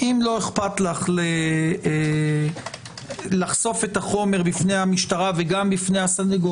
אם לא אכפת לך לחשוף את החומר בפני המשטרה וגם בפני הסנגור